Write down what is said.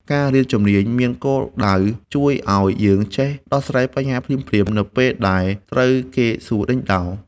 ការរៀនជំនាញនេះមានគោលដៅជួយឱ្យយើងចេះដោះស្រាយបញ្ហាភ្លាមៗ នៅពេលដែលត្រូវគេសួរដេញដោល។